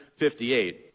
58